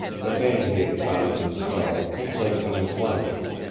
the man he had found in the snow he placed on his blankets,